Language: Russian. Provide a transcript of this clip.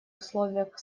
условиях